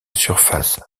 surface